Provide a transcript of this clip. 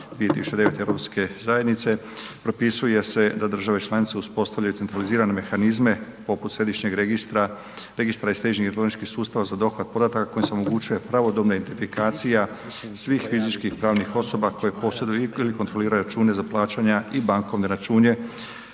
Direktiva 2009 EZ propisuje se da države članice uspostavljaju centralizirane mehanizme poput središnjeg registra … sustava za dohvat podataka kojim se omogućuje pravodobna identifikacija svih fizičkih pravnih osoba koje posjeduju ili kontroliraju račune za plaćanja i bankovne račune